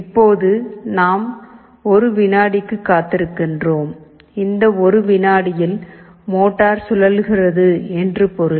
இப்போது நாம் 1 விநாடிக்கு காத்திருக்கிறோம் இந்த 1 வினாடியில் மோட்டார் சுழல்கிறது என்று பொருள்